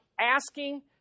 asking